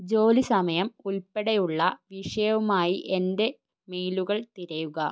ജോലി സമയം ഉൾപ്പെടെയുള്ള വിഷയവുമായി എന്റെ മെയിലുകൾ തിരയുക